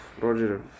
Roger